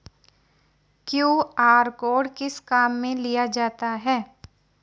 QR code किस किस काम में लिया जाता है?